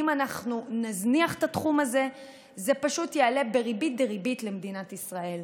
אם אנחנו נזניח את התחום זה זה פשוט יעלה בריבית דריבית למדינת ישראל.